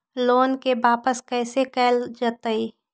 Loan के वापस कैसे कैल जतय?